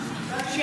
לא